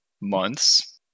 months